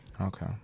Okay